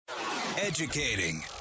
Educating